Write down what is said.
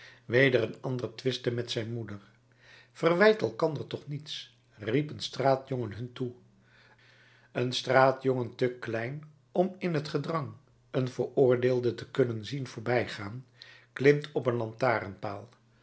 weder een andere twistte met zijn moeder verwijt elkander toch niets riep een straatjongen hun toe een straatjongen te klein om in het gedrang een veroordeelde te kunnen zien voorbijgaan klimt op een lantaarnpaal